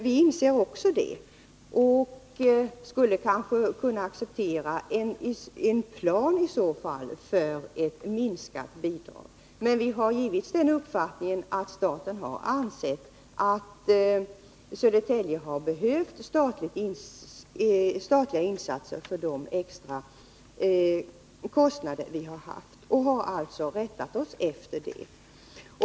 Också vi inser det, och vi skulle kanske kunna acceptera en plan för ett minskat bidrag. Men vi har givits uppfattningen att staten har ansett att Södertälje har behövt statliga insatser för de extra kostnader som kommunen har haft, och vi har rättat oss efter detta.